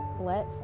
let